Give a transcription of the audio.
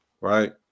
right